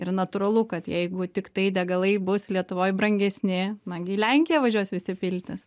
ir natūralu kad jeigu tiktai degalai bus lietuvoj brangesni na gi į lenkiją važiuos visi piltis